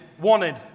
wanted